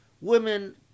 women